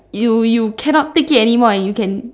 you you cannot take it anymore you can